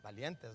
valientes